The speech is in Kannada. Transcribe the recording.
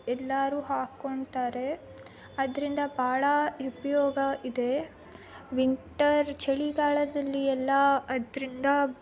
ಎಲ್ಲರೂ ಹಾಕ್ಕೊಳ್ತಾರೆ ಅದರಿಂದ ಭಾಳ ಉಪ್ಯೋಗ ಇದೆ ವಿಂಟರ್ ಚಳಿಗಾಲದಲ್ಲಿ ಎಲ್ಲ ಅದರಿಂದ